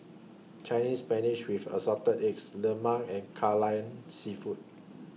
Chinese Spinach with Assorted Eggs Lemang and Kai Lan Seafood